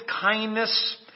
kindness